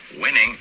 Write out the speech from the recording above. Winning